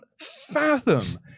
fathom